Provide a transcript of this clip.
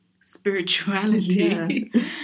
spirituality